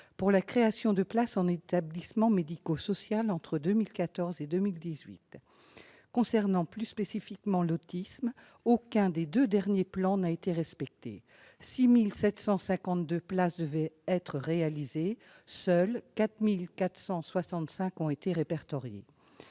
pour la création de places en établissements médico-sociaux entre 2014 et 2018. Pour ce qui concerne plus précisément l'autisme, aucun des deux derniers plans n'a été respecté : 6 752 places devaient être réalisées, seulement 4 465 l'ont été ! La Haute